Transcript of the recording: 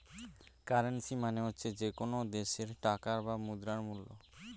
currency মানে হচ্ছে যে কোনো দেশের টাকার বা মুদ্রার মূল্য